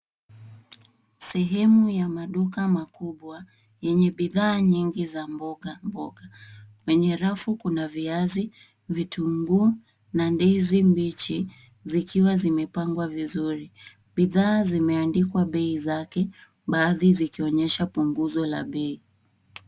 Sehemu ya maduka makubwa yenye bidhaa nyingi za mboga mboga. Kwenye rafu kuna viazi, vitunguu na ndizi mbichi zikiwa zimepangwa vizuri. Bidhaa zimeandikwa bei zake baadhi zikionyesha punguzo la bei.